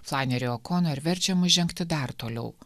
flanery okonor verčia mus žengti dar toliau